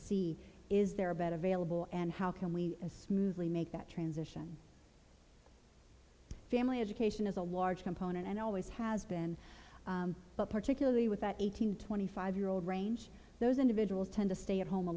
see is there about available and how can we as smoothly make that transition family education is a large component and always has been but particularly with that eight hundred twenty five year old range those individuals tend to stay at home a